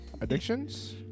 Addictions